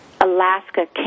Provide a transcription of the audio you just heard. Alaska